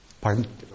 Pardon